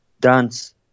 dance